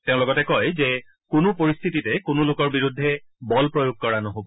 তেওঁ লগতে কয় যে কোনো পৰিস্থিতিতে কোনো লোকৰ বিৰুদ্ধে বলপ্ৰয়োগ কৰা নহ'ব